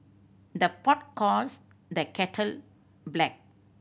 the pot calls the kettle black